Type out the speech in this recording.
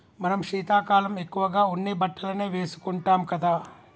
మనం శీతాకాలం ఎక్కువగా ఉన్ని బట్టలనే వేసుకుంటాం కదా